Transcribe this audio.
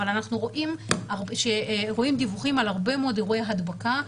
אבל אנחנו רואים דיווחים על הרבה מאוד אירועי הדבקה.